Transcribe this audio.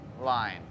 line